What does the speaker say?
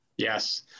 Yes